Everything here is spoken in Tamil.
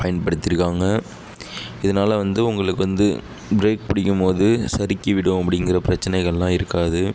பயன்படுத்தியிருக்காங்க இதனால வந்து உங்களுக்கு வந்து பிரேக் பிடிக்கும் போது சறுக்கிவிடும் அப்படிங்கிற பிரச்சினைகள்லாம் இருக்காது